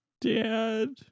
Dad